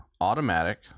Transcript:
Automatic